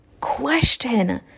question